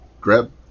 grab